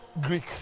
Greek